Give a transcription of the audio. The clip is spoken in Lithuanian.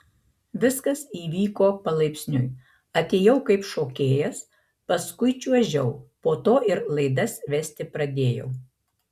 viskas įvyko palaipsniui atėjau kaip šokėjas paskui čiuožiau po to ir laidas vesti pradėjau